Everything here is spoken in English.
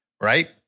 right